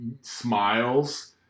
smiles